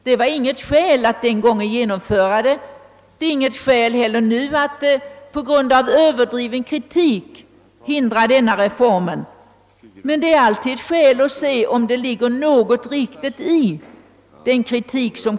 Det var inget skäl då mot att genomföra reformen, och överdriven kritik är inte heller i dag något skäl mot att genomföra den reform, som nu föreslås, men det finns alltid skäl att se, om det ligger något riktigt i kritiken.